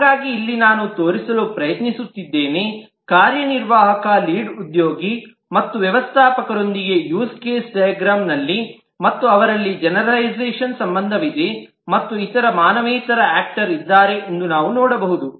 ಹಾಗಾಗಿ ಇಲ್ಲಿ ನಾನು ತೋರಿಸಲು ಪ್ರಯತ್ನಿಸುತ್ತಿದ್ದೇನೆ ಕಾರ್ಯನಿರ್ವಾಹಕ ಲೀಡ್ ಉದ್ಯೋಗಿ ಮತ್ತು ವ್ಯವಸ್ಥಾಪಕರೊಂದಿಗೆ ಯೂಸ್ ಕೇಸ್ ಡೈಗ್ರಾಮಲ್ಲಿ ಮತ್ತು ಅವರಲ್ಲಿ ಜೆನೆರಲೈಝಷನ್ ಸಂಬಂಧವಿದೆ ಮತ್ತು ಇತರ ಮಾನವೇತರ ಆಕ್ಟರ್ ಇದ್ದಾರೆ ಎಂದು ನಾವು ನೋಡಬಹುದು